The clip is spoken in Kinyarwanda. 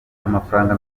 amafaranga